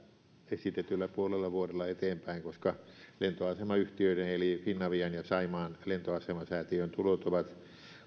esitetyllä puolella vuodella eteenpäin koska lentoasemayhtiöiden eli finavian ja saimaan lentoasema säätiön tulot ovat